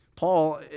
Paul